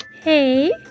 Hey